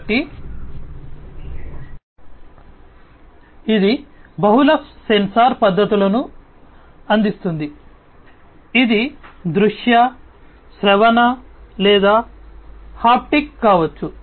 కాబట్టి ఇది బహుళ సెన్సార్ పద్ధతులను అందిస్తుంది ఇది దృశ్య శ్రవణ లేదా హాప్టిక్ కావచ్చు